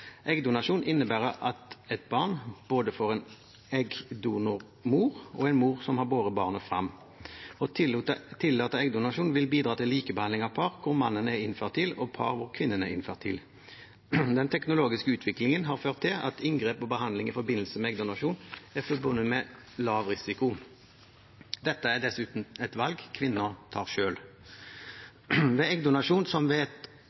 Eggdonasjon innebærer at et barn både får en eggdonormor og en mor som har båret barnet frem. Å tillate eggdonasjon vil bidra til likebehandling av par hvor mannen er infertil, og par hvor kvinnen er infertil. Den teknologiske utviklingen har ført til at inngrep og behandling i forbindelse med eggdonasjon er forbundet med lav risiko. Dette er dessuten et valg kvinnen tar selv. Ved eggdonasjon, som